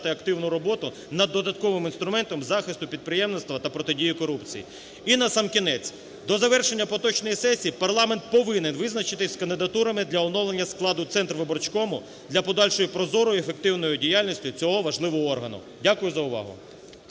активну роботу над додатковим інструментом захисту підприємництва та протидії корупції. І насамкінець, до завершення поточної сесії парламент повинен визначитись з кандидатурами для оновлення складу Центрвиборчкому для подальшої прозорої і ефективної діяльності цього важливого органу. Дякую за увагу.